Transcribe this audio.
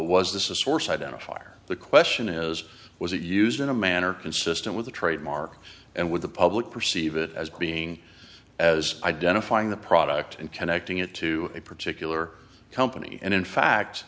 was this a source identifier the question is was it used in a manner consistent with the trademark and with the public perceive it as being as identifying the product and connecting it to a particular company and in